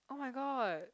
oh-my-god